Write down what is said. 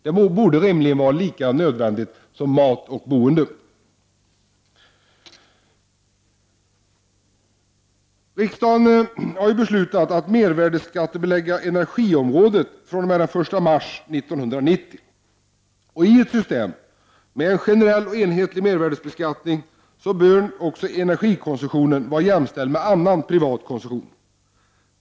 Kläder borde rimligen vara lika nödvändiga som mat och bostad. Riksdagen har beslutat att mervärdeskattbelägga energiområdet den 1 mars 1990. I ett system med en generell och enhetlig mervärdebeskattning bör energikonsumtionen vara jämställd med annan privat konsumtion.